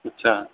اچھا